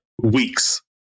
weeks